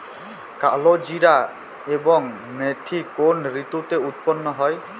কালোজিরা এবং মেথি কোন ঋতুতে উৎপন্ন হয়?